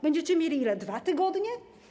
Będziecie mieli ile - 2 tygodnie?